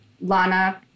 Lana